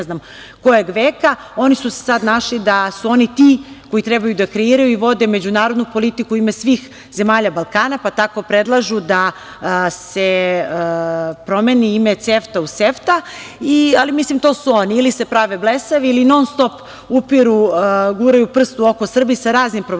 znam kojeg veka, oni sad misle da su oni ti koji treba da kreiraju i vode međunarodnu politiku u ime svih zemalja Balkana, pa tako predlažu da se promeni ime CEFTA u SEFTA.Ali, mislim to su oni, ili se prave blesavi ili non-stop guraju prst u oko Srbiji sa raznim provokacijama,